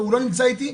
והוא לא נמצא איתי,